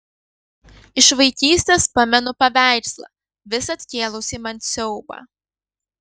iš vaikystės pamenu paveikslą visad kėlusį man siaubą